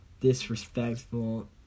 disrespectful